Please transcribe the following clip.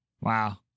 Wow